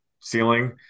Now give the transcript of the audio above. ceiling